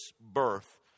birth